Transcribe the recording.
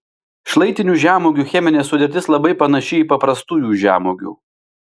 šlaitinių žemuogių cheminė sudėtis labai panaši į paprastųjų žemuogių